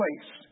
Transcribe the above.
place